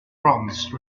bronze